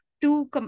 two